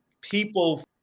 people